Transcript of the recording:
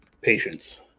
patience